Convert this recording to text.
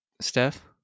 Steph